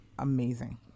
amazing